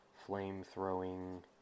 flame-throwing